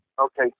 Okay